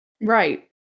Right